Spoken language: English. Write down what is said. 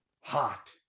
hot